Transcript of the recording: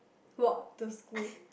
walk to school